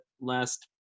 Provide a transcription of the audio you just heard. last